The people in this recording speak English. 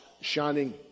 shining